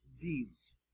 deeds